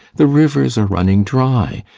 the rivers are running dry,